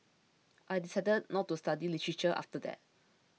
I decided not to study literature after that